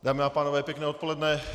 Dámy a pánové, pěkné odpoledne.